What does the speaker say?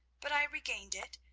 but i regained it,